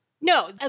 No